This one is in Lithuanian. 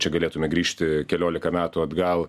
čia galėtume grįžti keliolika metų atgal